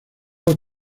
dos